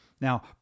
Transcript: Now